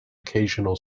occasional